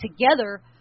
together